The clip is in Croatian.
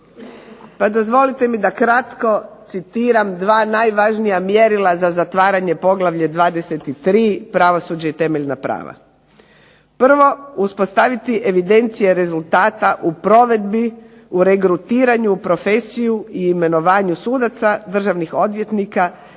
Pa dozvolite mi da kratko citiram dva najvažnija mjerila za zatvaranje poglavlja 23. pravosuđe i temeljna prava. Prvo, uspostaviti evidencije rezultata u provedbi, u regrutiranju u profesiju i imenovanju sudaca, državnih odvjetnika i predsjednika